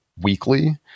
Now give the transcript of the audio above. weekly